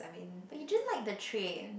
but you just like the train